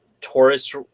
Taurus